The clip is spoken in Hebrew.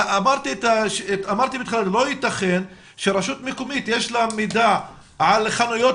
אמרתי שלא יתכן שלרשות מקומית יש מידע על חנויות